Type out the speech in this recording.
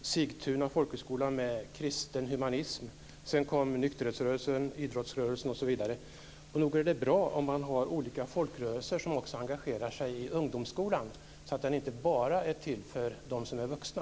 och Sigtuna folkhögskola med kristen humanism. Sedan kom nykterhetsrörelsen, idrottsrörelsen osv. Nog är det bra om man har olika folkrörelser som också engagerar sig i ungdomsskolan, så att de inte bara är till för dem som är vuxna?